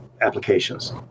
applications